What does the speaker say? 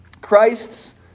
Christ's